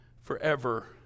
forever